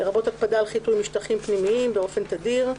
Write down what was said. לרבות הקפדה על חיטוי משטחים פנימיים באופן תדיר,